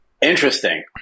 interesting